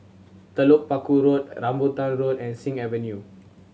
Telok Paku Road Rambutan Road and Sing Avenue